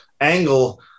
angle